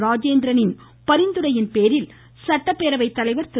ராஜேந்திரன் பரிந்துரையின்பேரில் சட்டப்பேரவை தலைவர் திரு